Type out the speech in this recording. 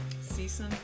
Season